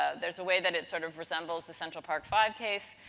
ah there's a way that it sort of resembles the central park five case.